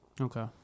Okay